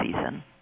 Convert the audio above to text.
season